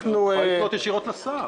את יכולה לפנות ישירות לשר.